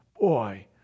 boy